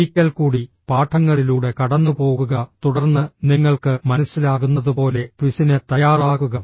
ഒരിക്കൽക്കൂടി പാഠങ്ങളിലൂടെ കടന്നുപോകുക തുടർന്ന് നിങ്ങൾക്ക് മനസ്സിലാകുന്നതുപോലെ ക്വിസിന് തയ്യാറാകുക